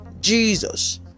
Jesus